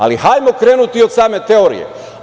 Ali, hajmo krenuti od same teorije.